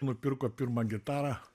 nupirko pirmą gitarą